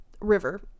river